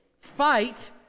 Fight